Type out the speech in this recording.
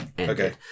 Okay